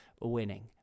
winning